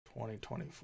2024